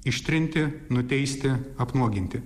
ištrinti nuteisti apnuoginti